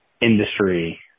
industry